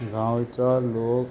गांवचो लोक